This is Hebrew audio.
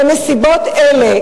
"בנסיבות אלה,